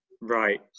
Right